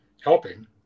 helping